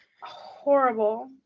Horrible